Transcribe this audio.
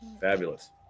Fabulous